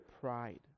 pride